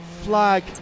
flag